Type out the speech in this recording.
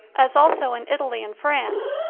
as also in italy and france,